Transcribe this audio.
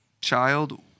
child